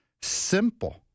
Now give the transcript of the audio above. simple